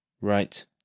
Right